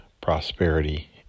prosperity